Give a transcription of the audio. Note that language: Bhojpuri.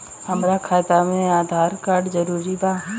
हमार खाता में आधार कार्ड जरूरी बा?